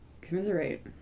commiserate